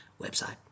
Website